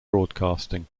broadcasting